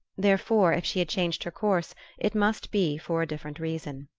therefore if she had changed her course it must be for a different reason.